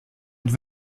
êtes